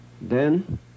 Then-